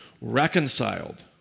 reconciled